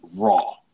raw